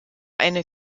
eine